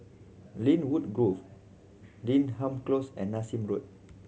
Lynwood Grove Denham Close and Nassim Road